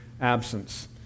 absence